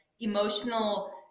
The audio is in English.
emotional